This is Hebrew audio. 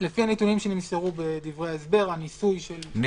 לפי הנתונים שנמסרו בדברי ההסבר --- את